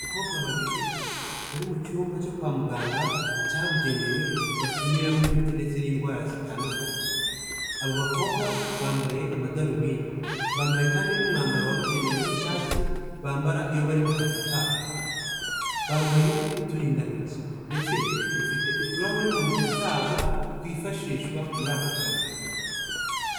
Abakobwa babiri, bari mu cyumba cyo kwa muganga cyabugenewe, bapimiramo imiti ndetse n'indwara zitandukanye, abo bakobwa bambaye amadarubindi, bambaye kandi n'umwambaro wabugenewe w'icyatsi, bambara iyo bari mu kazi kabo, bambaye n'uturindantoki ndetse bafite uturahuri mu ntoki zabo twifashishwa muri ako kazi.